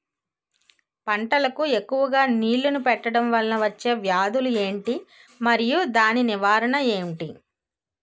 పంటలకు ఎక్కువుగా నీళ్లను పెట్టడం వలన వచ్చే వ్యాధులు ఏంటి? మరియు దాని నివారణ ఏంటి?